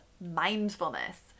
mindfulness